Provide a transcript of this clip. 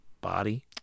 body